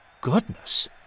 Goodness